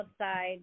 outside